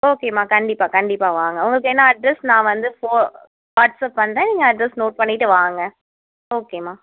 ஓகேம்மா கண்டிப்பாக கண்டிப்பாக வாங்க உங்களுக்கு வேணா அட்ரஸ் நான் வந்து ஃபோ வாட்ஸப் பண்ணுறேன் நீங்கள் அட்ரஸ் நோட் பண்ணிட்டு வாங்க ஓகேம்மா